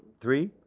three,